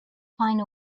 find